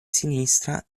sinistra